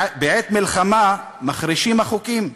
בעת מלחמה מחרישים החוקים.